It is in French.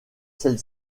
celle